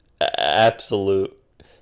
absolute